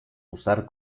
usar